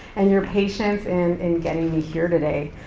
and your patience in in getting me here today.